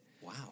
Wow